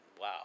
Wow